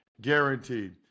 guaranteed